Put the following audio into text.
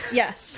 yes